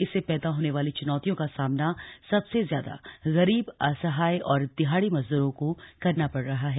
इससे पैदा होने वाली च्नौतियों का सामना सबसे ज्यादा गरीब असहाय और दिहाड़ी मजदूरों को करना पड़ रहा है